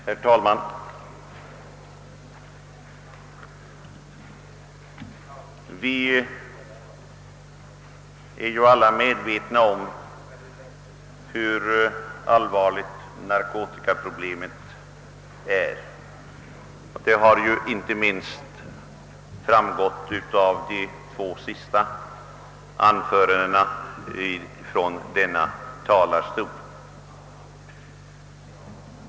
Herr talman! Vi är alla medvetna om hur allvarligt narkotikaproblemet är; det har inte minst framgått av de två senaste anförandena från denna talarstol.